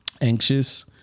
anxious